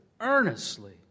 earnestly